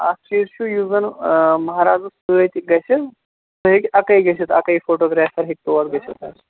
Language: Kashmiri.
اکھ چیٖز چھُ یُس زَن مہارازَس سٍتۍ گژھیٚن سُہ ہیٚکہِ اکُے گژھِتھ اکُے فوٗٹوٗ گرٛافر ہیٚکہِ توٗر گژھِتھ حظ